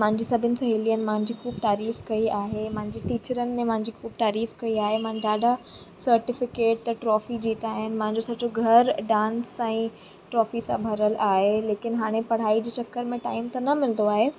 मुंहिंजी सभिनि सहेलियुनि मुंहिंजी ख़ूबु तारीफ़ कई आहे मुंहिंजी टीचरनि ने मुंहिंजी तारीफ़ कई आहे मां ॾाढा सर्टीफिकेट त ट्रॉफी जीता आहिनि मुंहिंजो सॼो घरु डांस सां ऐं ट्रॉफी सां भरियलु आहे लेकिन हाणे पढ़ाई जे चकर में टाइम त न मिलंदो आहे